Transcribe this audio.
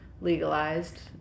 legalized